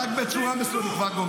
רק בצורה מסודרת.